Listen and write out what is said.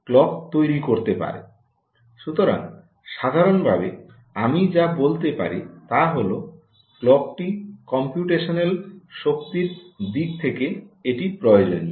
সুতরাং সাধারণভাবে আপনি যা বলতে পারেন তা হল ক্লকটি কম্পিউটেশনাল শক্তির দিক থেকে এটি প্রয়োজনীয়